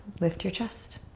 lift your chest.